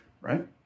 right